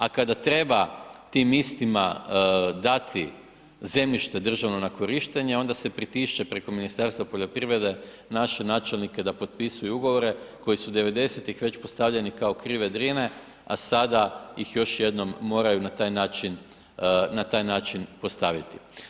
A kada treba tim istima dati zemljište državno na korištenje, onda se pritišće preko Ministarstva poljoprivrede naše načelnike da potpisuju ugovore koji su 90-ih već postavljeni kao krive Drine, a sada ih još jednom moraju na taj način postaviti.